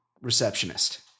receptionist